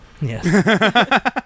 Yes